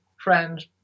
friend